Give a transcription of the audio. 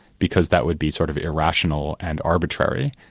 because that would be sort of irrational and arbitrary,